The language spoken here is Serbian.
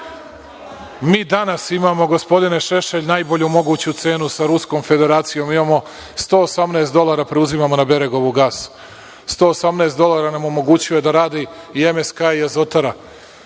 Mi danas imamo gospodine Šešelj, najbolju moguću cenu sa Ruskom federacijom, 118 dolara preuzimamo na Berigovu gas, 118 dolara nam omoguće da radi MSK i Azotara.